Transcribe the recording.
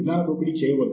ఒక ఉదాహరణ imechanica